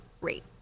rate